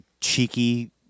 cheeky